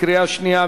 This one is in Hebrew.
קריאה שנייה,